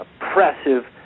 oppressive